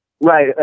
Right